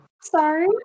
sorry